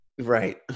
right